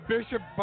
Bishop